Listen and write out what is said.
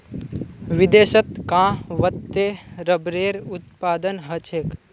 विदेशत कां वत्ते रबरेर उत्पादन ह छेक